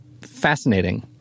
fascinating